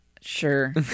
Sure